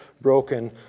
broken